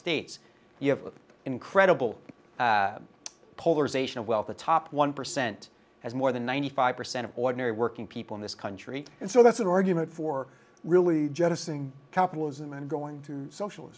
states you have an incredible polarization of wealth the top one percent has more than ninety five percent of ordinary working people in this country and so that's an argument for really jettisoning capitalism and going to social